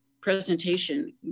presentation